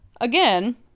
Again